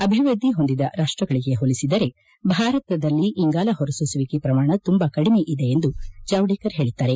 ಅಭಿವೃದ್ಧಿ ಹೊಂದಿದ ರಾಷ್ಟ್ಗಳಿಗೆ ಹೋಲಿಸಿದರೆ ಭಾರತದಲ್ಲಿ ಇಂಗಾಲ ಹೊರಸೂಸುವಿಕೆ ಪ್ರಮಾಣ ತುಂಬಾ ಕಡಿಮೆ ಇದೆ ಎಂದು ಜಾವಡೇಕರ್ ಹೇಳಿದ್ದಾರೆ